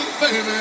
baby